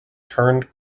turned